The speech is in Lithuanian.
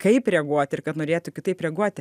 kaip reaguoti ir kad norėtų kitaip reaguoti